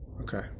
Okay